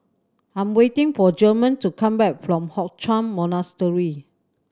I'm waiting for German to come back from Hock Chuan Monastery